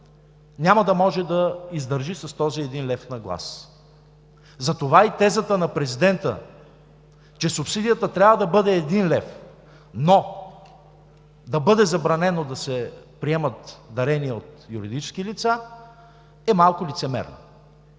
няма да може да издържи с този един лев на глас. Затова и тезата на президента, че субсидията трябва да бъде един лев, но да бъде забранено да се приемат дарения от юридически лица, е малко лицемерна.